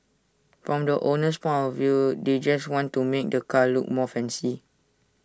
from the owner's point of view they just want to make the car look more fancy